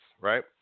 right